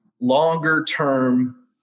longer-term